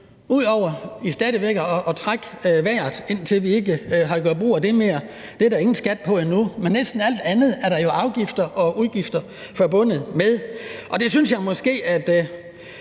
ud over stadig væk at trække vejret, indtil vi ikke gør brug af det mere. Det er der ikke nogen skat på endnu. Men næsten alt andet er der jo afgifter og udgifter forbundet med. Det synes jeg måske at